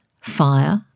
fire